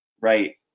right